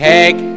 Take